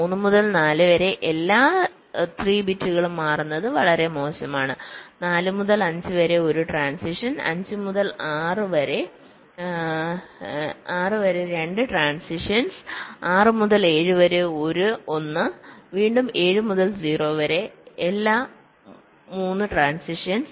3 മുതൽ 4 വരെ എല്ലാ 3 ബിറ്റുകളും മാറുന്നത് വളരെ മോശമാണ് 4 മുതൽ 5 വരെ 1 ട്രാന്സിഷൻ 5 മുതൽ 6 വരെ 2 ട്രാന്സിഷൻസ് 6 മുതൽ 7 വരെ 1 വീണ്ടും 7 മുതൽ 0 വരെ എല്ലാ 3ട്രാന്സിഷൻസ്